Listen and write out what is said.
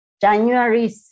January